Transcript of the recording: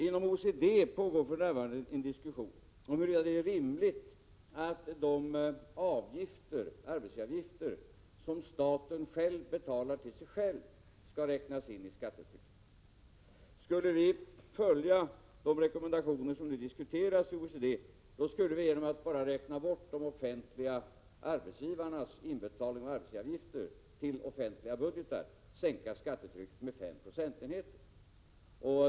Inom OECD pågår för närvarande en diskussion om huruvida det är rimligt att de arbetsgivaravgifter som staten betalar till sig själv skall räknas in i skattetrycket. Skulle vi följa de rekommendationer som nu diskuteras i OECD, skulle vi genom att bara räkna bort de offentliga arbetsgivarnas inbetalningar och arbetsgivaravgifter till offentliga budgetar kunna sänka skattetrycket med 5 procentenheter.